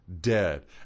dead